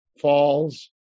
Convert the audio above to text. falls